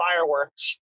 fireworks